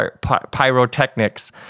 pyrotechnics